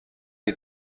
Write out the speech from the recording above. die